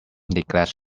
neglects